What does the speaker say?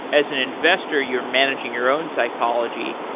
as an investor you're managing your own psychology,